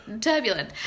turbulent